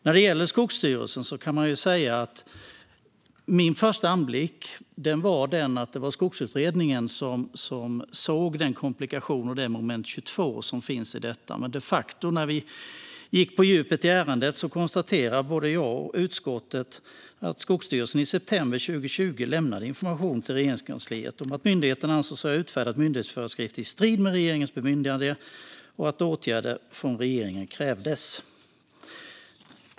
När det gäller Skogsstyrelsen var det vid första anblick Skogsutredningen som såg den komplikation och det moment 22 som fanns där. När vi gick på djupet i ärendet kunde både jag och utskottet de facto konstatera att Skogsstyrelsen i september 2020 lämnade information till Regeringskansliet om att myndigheten ansåg sig ha utfärdat myndighetsföreskrifter i strid med regeringens bemyndigande och att åtgärder från regeringen krävdes.